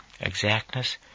Exactness